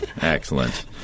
Excellent